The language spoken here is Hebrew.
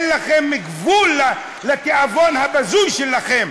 אין גבול לתיאבון הבזוי שלכם.